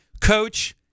Coach